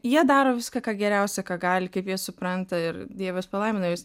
jie daro viską ką geriausia ką gali kaip jie supranta ir dievas palaimino juos